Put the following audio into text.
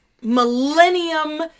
millennium